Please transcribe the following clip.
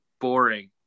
boring